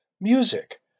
music